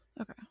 Okay